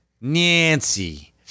Nancy